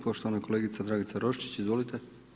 Poštovana kolegica Dragica Roščić, izvolite.